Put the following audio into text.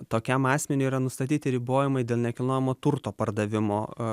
tokiam asmeniui yra nustatyti ribojimai dėl nekilnojamo turto pardavimo